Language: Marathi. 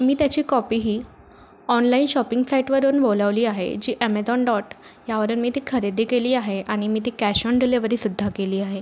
मी त्याची कॉपी ही ऑनलाई शॉपिंग साईटवरून बोलावली आहे जी ॲमेधॉन डॉट यावरून मी ती खरेदी केली आहे आणि मी ती कॅश ऑन डिलेवरीसुद्धा केली आहे